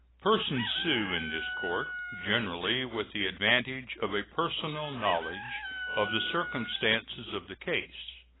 persons sue in this court generally with the advantage of a personal knowledge of the circumstances of the case,